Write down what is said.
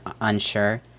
unsure